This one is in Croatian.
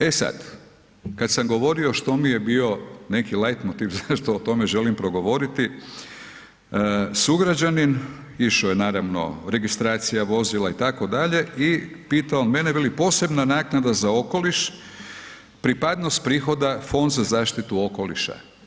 E sad, kad sam govorio što mi je bio neki lajtmotiv zašto o tome želim progovoriti, sugrađanin, išao je naravno, registracija vozila itd. i pita on mene, veli posebna naknada za okoliš, pripadnost prihoda, Fond za zaštitu okoliša.